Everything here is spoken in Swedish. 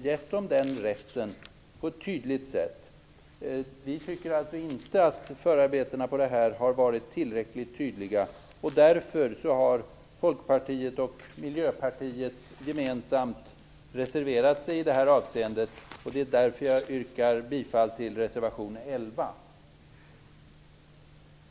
samrådskretsen och på ett tydligt sätt gett dem den rätten. Vi tycker alltså inte att förarbetena är tillräckligt tydliga. Därför har Folkpartiet och Miljöpartiet gemensamt reserverat sig i det här avseendet. Det är därför som jag yrkar bifall till reservation 11.